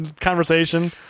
conversation